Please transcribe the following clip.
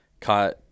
Caught